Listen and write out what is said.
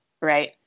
right